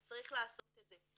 אז צריך לעשות את זה.